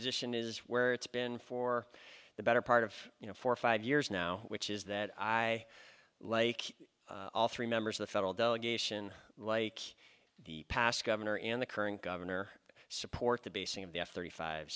position is where it's been for the better part of you know four or five years now which is that i like all three members of the federal delegation like the past governor and the current governor support the basing of the f thirty five